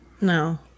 No